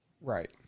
Right